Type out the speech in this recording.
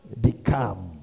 become